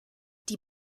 die